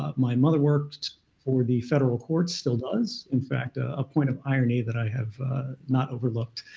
um my mother worked for the federal courts, still does. in fact, a ah point of irony that i have not overlooked.